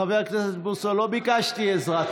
חבר הכנסת בוסו, לא ביקשתי עזרה.